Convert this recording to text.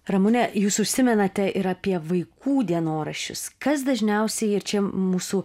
ramune jūs užsimenate ir apie vaikų dienoraščius kas dažniausiai ir čia mūsų